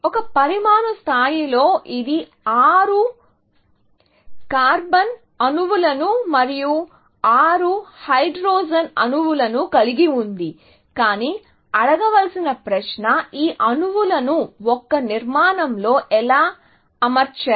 ఒక పరమాణు స్థాయిలో ఇది 6 కార్బన్ అణువులను మరియు 6 హైడ్రోజన్ అణువులను కలిగి ఉంది కానీ అడగవలసిన ప్రశ్న ఈ అణువులను ఒక నిర్మాణంలో ఎలా అమర్చారు